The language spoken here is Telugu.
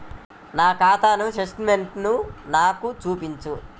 నా ఖాతా స్టేట్మెంట్ను నాకు చూపించు